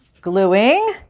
gluing